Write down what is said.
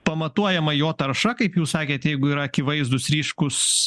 pamatuojama jo tarša kaip jūs sakėt jeigu yra akivaizdūs ryškūs